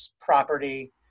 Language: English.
property